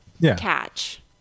catch